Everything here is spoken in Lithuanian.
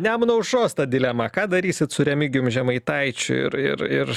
nemuno aušros ta dilema ką darysit su remigijumi žemaitaičiu ir ir ir